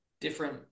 different